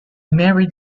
married